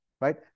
right